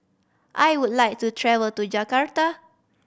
I would like to travel to Jakarta